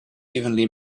evenly